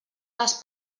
les